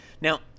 Now